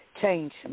change